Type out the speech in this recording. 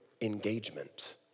engagement